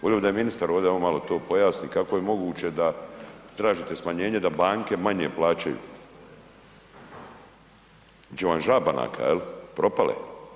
Vodio bi da je ministar ovde, on malo to pojasni kako je moguće da tražite smanjenje da banke manje plaćaju, bit će vam ža banaka jel propale.